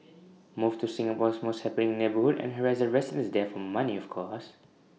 move to Singapore's most happening neighbourhood and harass the residents there for money of course